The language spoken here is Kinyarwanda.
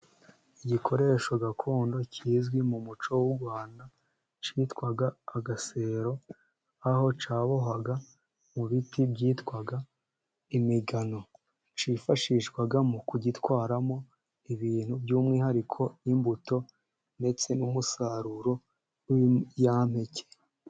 Igikoresho gakondo kizwi mu muco w'u Rwanda cyitwaga agasero, aho cyabohwaga mu biti byitwaga imigano. Cyifashishwaga mu kugitwaramo ibintu by'umwihariko imbuto ndetse n'umusaruro w'ibinyampeke.